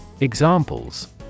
Examples